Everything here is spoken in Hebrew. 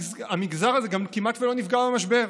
המגזר הזה גם כמעט לא נפגע מהמשבר.